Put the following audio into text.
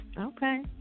Okay